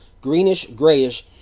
greenish-grayish